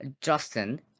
Justin